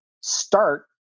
Start